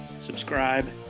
Subscribe